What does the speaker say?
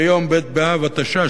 ביום ב' באב התש"ע,